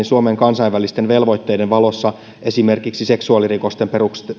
suomen kansainvälisten velvoitteiden valossa esimerkiksi seksuaalirikosten